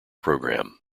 programme